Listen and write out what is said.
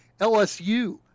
LSU